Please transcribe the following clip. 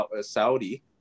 Saudi